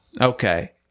Okay